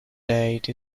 date